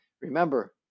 remember